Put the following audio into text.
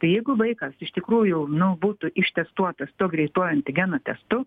tai jeigu vaikas iš tikrųjų nu būtų ištestuotas tuo greitu antigenų testu